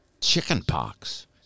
Chickenpox